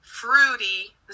Fruity